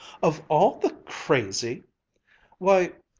of all the crazy why,